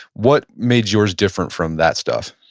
what made yours different from that stuff?